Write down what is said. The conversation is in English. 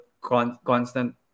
constant